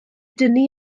dynnu